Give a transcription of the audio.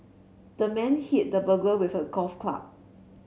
the man hit the burglar with a golf club